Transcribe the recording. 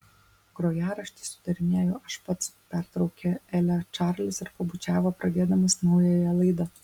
grojaraštį sudarinėju aš pats pertraukė elę čarlis ir pabučiavo pradėdamas naująją laidą